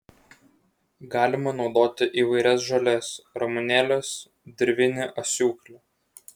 galima naudoti įvairias žoles ramunėles dirvinį asiūklį